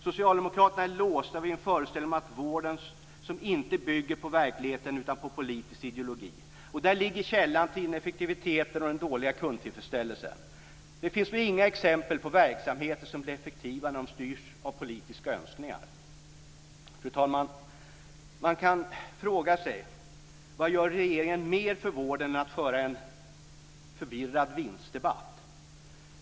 Socialdemokraterna är låsta vid en föreställning om vården som inte bygger på verkligheten utan på en politisk ideologi. Där ligger källan till ineffektiviteten och den dåliga kundtillfredsställelsen. Det finns nog inga exempel på verksamheter som blir effektiva när de styrs av politiska önskningar. Fru talman! Man kan fråga sig vad regeringen gör mer för vården än att man för en förvirrad vinstdebatt.